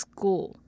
School